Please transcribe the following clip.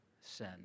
sin